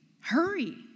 Hurry